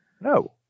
No